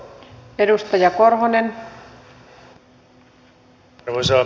arvoisa puhemies